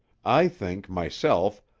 i think, myself,